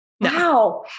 Wow